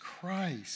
Christ